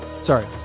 Sorry